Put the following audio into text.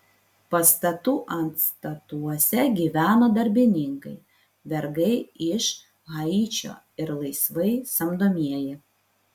pastatų antstatuose gyveno darbininkai vergai iš haičio ir laisvai samdomieji